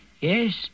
Yes